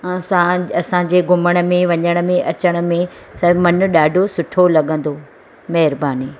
हर साल असांजे घुमण में वञण में अचण में सभु मनु ॾाढो सुठो लॻंदो महिरबानी